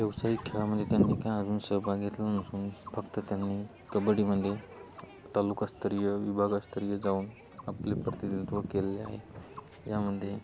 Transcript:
व्यवसायिक खेळामध्ये त्यांनी काय अजून सहभग घेतला नसून फक्त त्यांनी कबड्डीमध्ये तालुकास्तरीय विभागस्तरीय जाऊन आपले प्रतिनिधित्व केलेले आहे यामध्ये